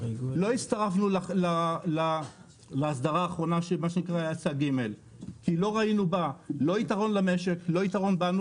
לא הצטרפנו להסדרה האחרונה כי לא ראינו בה יתרון למשק ולא יתרון לנו,